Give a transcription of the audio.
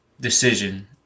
decision